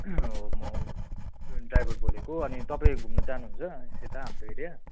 म ड्राइभर बोलेको अनि तपाईँ घुम्न चाहनुहुन्छ यता हाम्रो एरिया